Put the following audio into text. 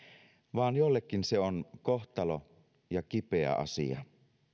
vaan jollekin se on kohtalo ja kipeä asia